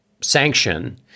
sanction